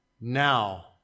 now